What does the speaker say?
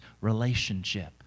relationship